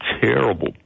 terrible